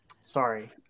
Sorry